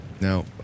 Now